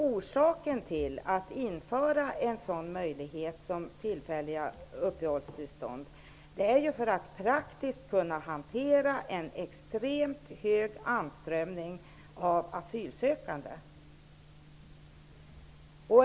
Orsaken till att införa möjligheten till tillfälliga uppehållstillstånd är att vi i Sverige praktiskt skall kunna hantera en extremt hög anströmning av asylsökanden.